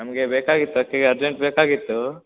ನಮಗೆ ಬೇಕಾಗಿತ್ತು ಅದ್ಕೆ ಈಗ ಅರ್ಜೆಂಟ್ ಬೇಕಾಗಿತ್ತು